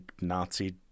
Nazi